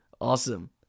Awesome